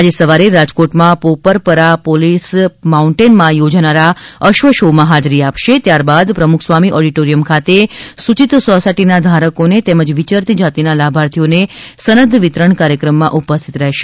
આજે સવારે રાજકોટમાં પોપરપરા પોલીસ માઉન્ટેનમાં યોજાનારા અશ્વ શોમાં હાજરી આપશે ત્યારબાદ પ્રમુખ સ્વામી ઓડીટોરિયમ ખાતે સૂચિત સોસાયટીના ધારકોને તેમજ વિચરતી જાતિના લાભાર્થીઓને સનદ વિતરમ કાર્યક્રમમાં ઉપસ્થિત રહેશે